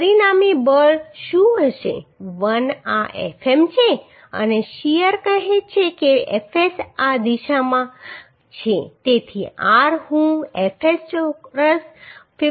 પરિણામી બળ શું હશે 1 આ Fm છે અને શીયર કહે છે કે Fs આ દિશામાં છે